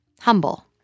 Humble